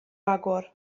agor